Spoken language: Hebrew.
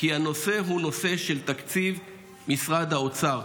-- כי הנושא הוא של תקציב משרד האוצר.